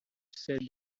said